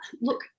look